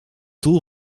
doel